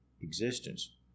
existence